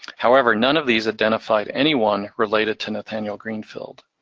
however, none of these identified anyone related to nathaniel greenfield.